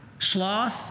Sloth